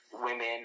women